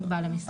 לא מוגבל למספר.